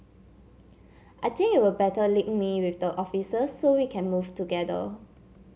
I think it'll better link me with the officers so we can move together